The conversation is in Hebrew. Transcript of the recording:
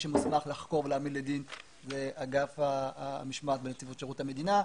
מי שמוסמך לחקור ולהעמיד לדין זה אגף המשמעת בנציבות שירות המדינה.